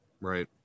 Right